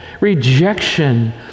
Rejection